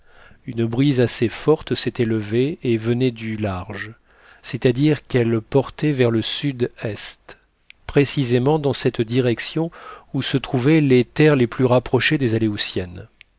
une brise assez forte s'était levée et venait du large c'est-à-dire qu'elle portait vers le sud-est précisément dans cette direction où se trouvaient les terres les plus rapprochées des aléoutiennes